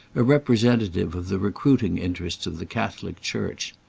a representative of the recruiting interests of the catholic church.